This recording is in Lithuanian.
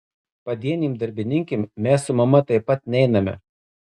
padienėm darbininkėm mes su mama taip pat neiname